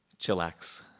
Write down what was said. chillax